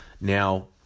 Now